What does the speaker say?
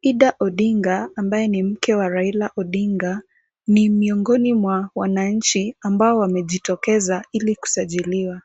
Idah Odinga ambaye ni mke wa Raila Odinga ni miongoni mwa wananchi ambao wamejitokeza ili kusajiliwa.